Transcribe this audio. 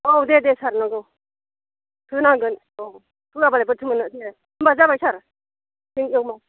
औ दे दे सार नोंगौ होनांगोन औ होयाबालाय बोरैथो मोननो होमबा जाबाय सार